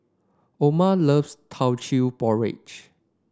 Orma loves Teochew Porridge